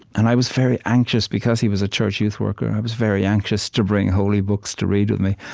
and i was very anxious, because he was a church youth worker. i was very anxious to bring holy books to read with me.